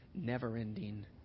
never-ending